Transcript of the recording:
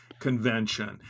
convention